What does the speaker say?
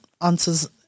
answers